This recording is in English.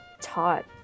taught